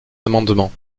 amendement